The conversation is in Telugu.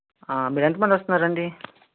మీరెంతమంది వస్తున్నారండి